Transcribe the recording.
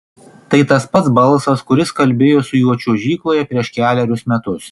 tai tas pats balsas kuris kalbėjo su juo čiuožykloje prieš kelerius metus